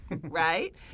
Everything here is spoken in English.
right